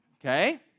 Okay